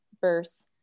verse